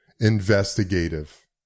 investigative